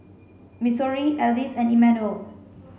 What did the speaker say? Missouri Alvis and Immanuel